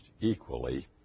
equally